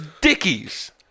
dickies